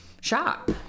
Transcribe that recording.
shop